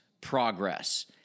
progress